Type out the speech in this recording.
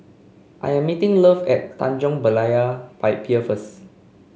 I am meeting Love at Tanjong Berlayer Pie Pier first